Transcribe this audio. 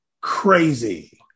Crazy